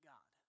God